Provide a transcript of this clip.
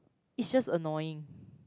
it's just annoying